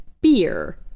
beer